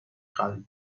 قلبت